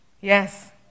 Yes